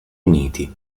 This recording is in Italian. uniti